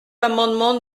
l’amendement